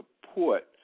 support